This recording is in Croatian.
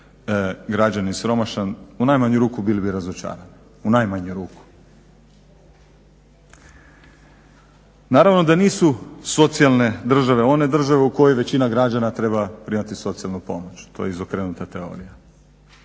građanin siromašan u najmanju ruku bili bi razočarani, u najmanju ruku. Naravno da nisu socijalne države one države u koje većina građana treba primati socijalnu pomoć. To je izokrenuta teorija.